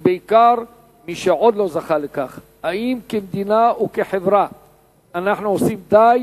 ובעיקר מי שעוד לא זכה לכך: האם כמדינה וכחברה אנחנו עושים די